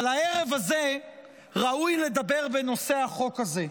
אבל הערב הזה ראוי לדבר בנושא החוק הזה,